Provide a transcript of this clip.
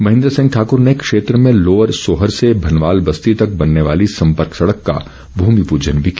महेन्द्र सिंह ठाकूर ने क्षेत्र में लोअर सोहर से भनवाल बस्ती तक बनने वाली संपर्क सड़क का भूमिपूजन भी किया